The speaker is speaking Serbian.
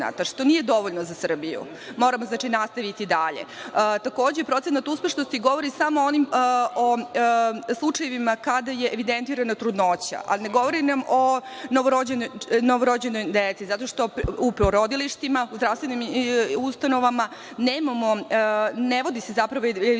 što nije dovoljno za Srbiju. Znači, moramo nastaviti dalje. Takođe, procenat uspešnosti govori samo o slučajevima kada je evidentirana trudnoća, a ne govori nam o novorođenoj deci, zato što u porodilištima, u zdravstvenim ustanovama ne vodi se zapravo evidencija